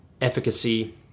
efficacy